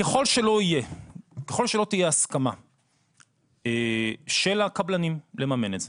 ככל שלא תהיה הסכמה של הקבלנים לממן את זה,